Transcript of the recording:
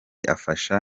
afasha